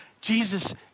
Jesus